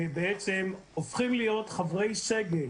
בעצם הופכים להיות חברי סגל